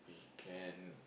you can